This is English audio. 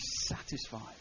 satisfied